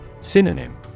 Synonym